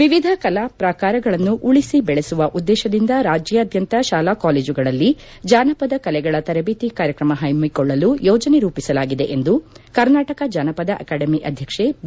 ವಿವಿಧ ಕಲಾ ಪ್ರಾಕಾರಗಳನ್ನು ಉಳಿಸಿ ಬೆಳೆಸುವ ಉದ್ದೇಶದಿಂದ ರಾಜ್ಯಾದ್ಯಂತ ಶಾಲಾ ಕಾಲೇಜುಗಳಲ್ಲಿ ಜಾನಪದ ಕಲೆಗಳ ತರಬೇತಿ ಕಾರ್ಯಕ್ರಮ ಪಮ್ಮಿಕೊಳ್ಳಲು ಯೋಜನೆ ರೂಪಿಸಲಾಗಿದೆ ಎಂದು ಕರ್ನಾಟಕ ಜಾನಪದ ಅಕಾಡೆಮಿ ಅಧ್ಯಕ್ಷೆ ಬಿ